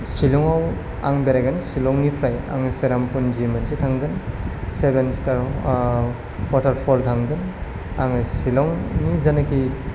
सिलंआव आं बेरायगोन सिलंनिफ्राय आङो सेराफुन्जि मोनसे थांगोन सेभेन स्थार अवातारफल थांगोन आङो सिलंनि जानाखि